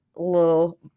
little